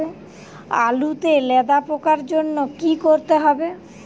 আলুতে লেদা পোকার জন্য কি করতে হবে?